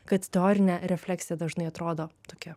kad teorinė refleksija dažnai atrodo tokia